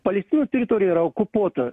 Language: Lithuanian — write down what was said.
palestinos teritorija yra okupuota